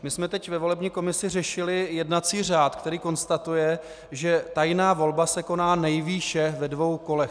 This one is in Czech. My jsme teď ve volební komisi řešili jednací řád, který konstatuje, že tajná volba se koná nejvýše ve dvou kolech.